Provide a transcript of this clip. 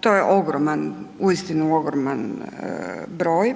To je ogroman, uistinu ogroman broj